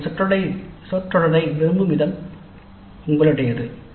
நீங்கள் சொற்றொடரை விரும்பும் விதம் உங்களுடையது